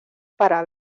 para